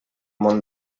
món